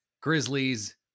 Grizzlies